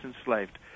enslaved